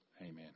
Amen